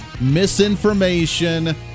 misinformation